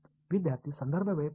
विद्यार्थीः